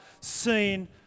seen